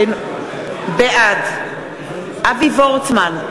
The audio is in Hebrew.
בעד אבי וורצמן,